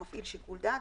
הוא מפעיל שיקול דעת.